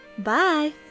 Bye